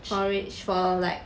porridge for like